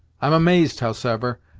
i'm amazed, howsever,